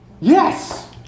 Yes